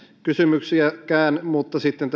kysymyksiäkään mutta sitten